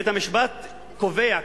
בית-המשפט קובע,